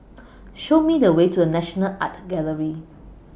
Show Me The Way to The National Art Gallery